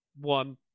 one